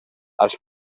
als